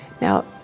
Now